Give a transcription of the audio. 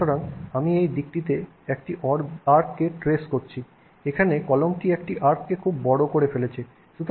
সুতরাং আমি এই দিকটিতে একটি আর্ককে ট্রেস করেছি এখানে কলমটি একটি আর্ককে খুব বেশি বড় করে ফেলেছে